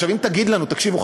אם תגיד לנו: תקשיבו,